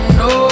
no